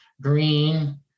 green